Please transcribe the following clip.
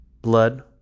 blood